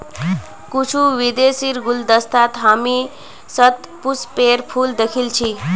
कुछू विदेशीर गुलदस्तात हामी शतपुष्पेर फूल दखिल छि